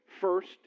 first